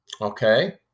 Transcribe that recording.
Okay